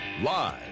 Live